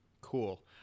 Cool